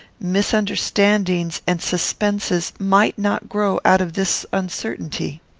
misunderstandings, and suspenses might not grow out of this uncertainty?